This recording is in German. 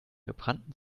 gebrannten